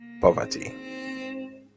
poverty